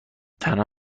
تنها